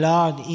Lord